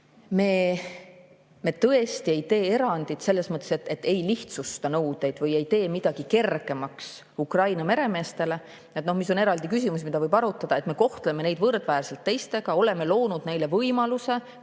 Me tõesti ei tee erandit selles mõttes, et lihtsustaksime nõudeid, me ei tee midagi kergemaks Ukraina meremeestele. Et noh, mis on eraldi küsimus, mida võib arutada, et me kohtleme neid võrdväärselt teistega. Me oleme loonud neile võimaluse